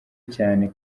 cyane